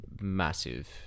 massive